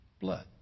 Blood